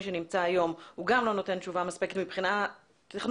שנמצא היום הוא גם לא נותן תשובה מספקת מבחינה טכנולוגית